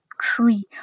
tree